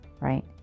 right